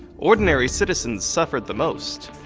ordinary citizens suffered the most.